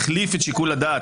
החליף את שיקול הדעת,